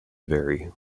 vary